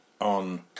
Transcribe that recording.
on